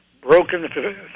broken